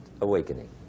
awakening